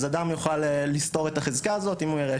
אז אדם יוכל לסתור את החזקה הזאת אם הוא יראה